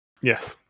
Yes